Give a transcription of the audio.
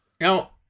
Now